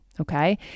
Okay